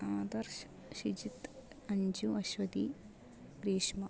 Adarsh Shijith Anju Aswathy Greeshma